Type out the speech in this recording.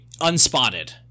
unspotted